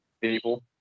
people